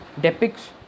depicts